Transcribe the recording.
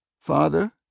Father